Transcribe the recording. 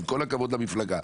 עם כל הכבוד למפלגה.